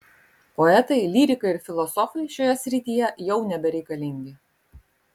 poetai lyrikai ir filosofai šioje srityje jau nebereikalingi